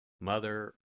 Mother